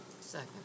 Second